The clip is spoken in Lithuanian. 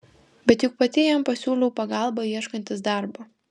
bet juk pati jam pasiūliau pagalbą ieškantis darbo